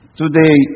today